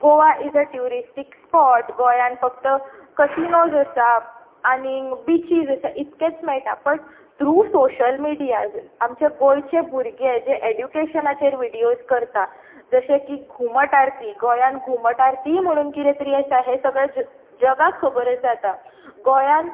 Goa is a touristic spot गोंयांत फक्त casinos आसात आनीक बिचीस आसात इतकेंच मेळटा थ्रू सॉशल मिडीया आमचे गोंयचे भुरगे जे एड्युकॅशनाचेर विडियोज करतात जशे की घुमट आरती गोंयांत घुमट आरती म्हणून कितें तरी आसा हें सगळें जग जगाक खबर आसा आतां गोंयांत